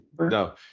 No